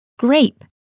Grape